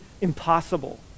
impossible